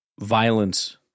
violence